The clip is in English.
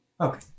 okay